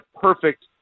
perfect